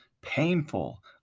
painful